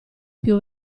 più